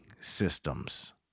systems